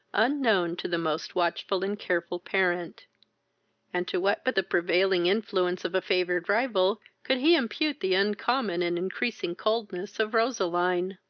unknown to the most watchful and careful parent and to what but the prevailing influence of a favoured rival could he impute the uncommon and increasing coldness of roseline?